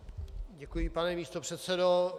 Děkuji, pane místopředsedo.